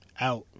Out